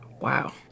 Wow